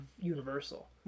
Universal